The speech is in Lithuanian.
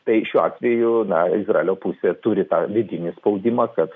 tai šiuo atveju na izraelio pusė turi tą vidinį spaudimą kad